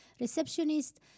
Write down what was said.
receptionist